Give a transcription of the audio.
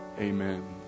amen